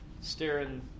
staring